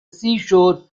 seashore